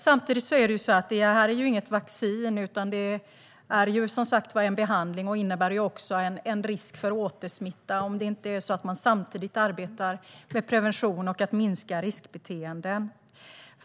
Samtidigt är det här inget vaccin, utan det är en behandling och innebär en risk för återsmitta om man inte samtidigt arbetar med prevention och att minska riskbeteenden.